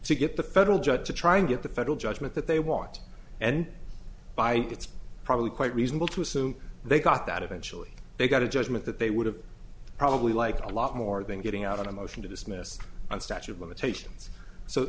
to get the federal judge to try and get the federal judgment that they want and by it's probably quite reasonable to assume they got that actually they got a judgment that they would have probably like a lot more than getting out on a motion to dismiss on statute of limitations so